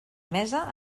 mesa